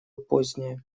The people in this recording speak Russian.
позднее